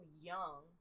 young